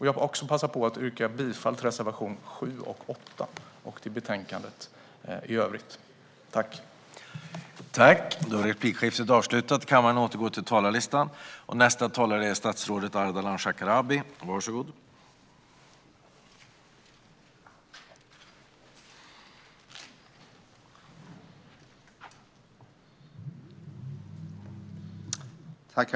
Jag vill passa på att yrka bifall till reservationerna 7 och 8 samt i övrigt bifall till förslaget i betänkandet.